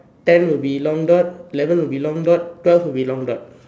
ten will be long dot eleven will be long dot twelve will be long dot